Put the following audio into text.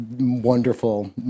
wonderful